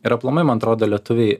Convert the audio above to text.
ir aplamai man atrodo lietuviai